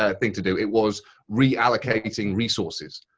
ah thing to do. it was reallocating resources.